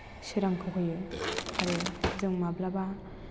सोरांखौ होयो आरो जों माब्लाबा